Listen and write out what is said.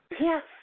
Yes